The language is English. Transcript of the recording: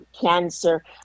cancer